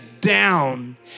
down